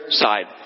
side